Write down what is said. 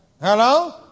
Hello